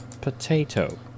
potato